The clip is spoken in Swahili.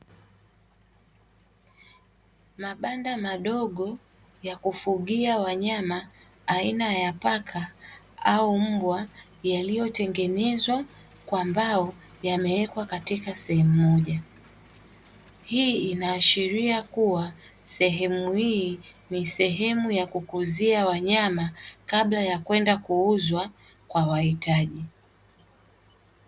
Mabanda madogo ya kufugia wanyama aina ya paka au mbwa; yaliyotengenezwa kwa mbao, yamewekwa katika sehemu moja. Hii inaashiria kuwa sehemu hii ni sehemu ya kukuzia wanyama kabla ya kwenda kuuzwa kwa wahitaji.